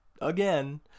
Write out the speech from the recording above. again